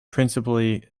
principally